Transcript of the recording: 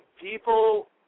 people